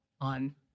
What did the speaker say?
on